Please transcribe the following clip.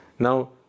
Now